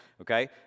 okay